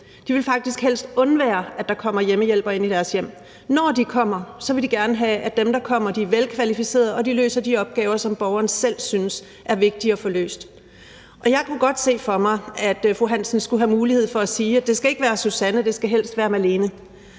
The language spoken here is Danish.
De vil faktisk helst være fri for, at der kommer hjemmehjælpere ind i deres hjem. Når de kommer, vil de ældre gerne have, at dem, der kommer, er velkvalificerede og løser de opgaver, som borgerne selv synes er vigtigt at få løst. Jeg kunne godt se for mig, at fru Hansen skulle have mulighed for at sige, at det ikke skal være Susanne, men at det helst skal være Malene,